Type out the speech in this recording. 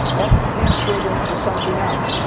everything stood in for something else.